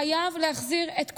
חייבים להחזיר את כולם,